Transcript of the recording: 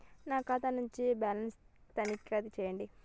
నా ఖాతా ను బ్యాలన్స్ తనిఖీ చేయండి?